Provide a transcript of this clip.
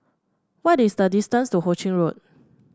what is the distance to Ho Ching Road